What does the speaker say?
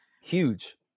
Huge